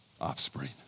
offspring